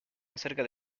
acerca